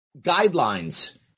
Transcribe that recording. guidelines